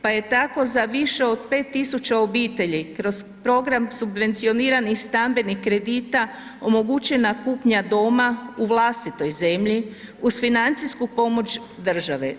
Pa je tako za više od 5.000 obitelji kroz program subvencioniranih stambenih kredita omogućena kupnja doma u vlastitoj zemlji uz financijsku pomoć države.